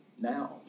now